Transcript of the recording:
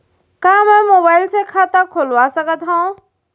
का मैं मोबाइल से खाता खोलवा सकथव?